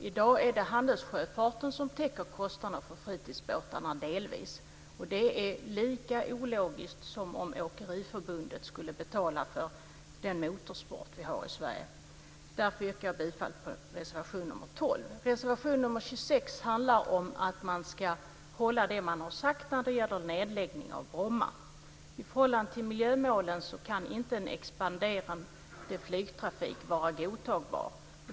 I dag är det handelssjöfarten som täcker kostnaderna för fritidsbåtarna delvis, och det är lika ologiskt som om Åkeriförbundet skulle betala för den motorsport vi har i Sverige. Därför yrkar jag bifall till reservation nr 12. Reservation nr 26 handlar om att man ska hålla vad man har lovat när det gäller nedläggning av Bromma. I förhållande till miljömålen kan inte en expanderande flygtrafik vara godtagbar.